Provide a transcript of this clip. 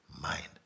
Mind